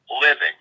living